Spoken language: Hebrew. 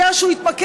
הייתה שהוא התמקד,